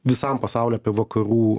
visam pasauliui apie vakarų